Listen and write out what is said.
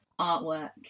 artwork